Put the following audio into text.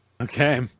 Okay